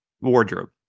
wardrobe